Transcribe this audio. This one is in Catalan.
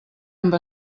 amb